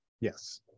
Yes